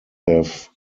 have